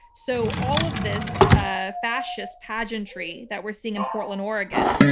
so all of this ah fascist pageantry that we're seeing in portland, oregon,